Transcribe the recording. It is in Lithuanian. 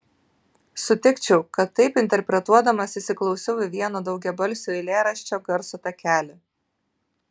sutikčiau kad taip interpretuodamas įsiklausiau į vieną daugiabalsio eilėraščio garso takelį